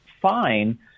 fine